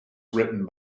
written